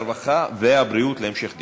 הרווחה והבריאות להמשך דיון.